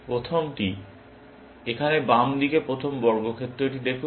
প্রথমটি এখানে বাম দিকে প্রথম বর্গক্ষেত্রটি দেখুন